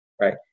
Right